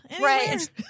right